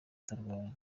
atarwaye